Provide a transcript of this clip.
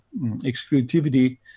exclusivity